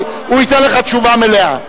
הוא ייתן לך תשובה מלאה.